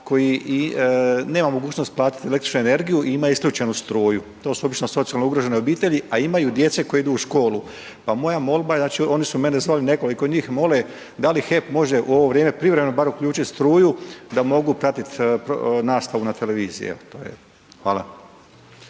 koji nema mogućnost platiti električnu energiju i ima isključenu struju, to su obično socijalno ugrožene obitelji, a imaju djece koja idu u školu. Pa moja molba, oni su mene zvali nekoliko njih mole da li HEP u ovo vrijeme privremeno bar uključiti struju da mogu pratiti nastavu na televiziji. Evo.